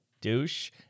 douche